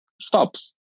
stops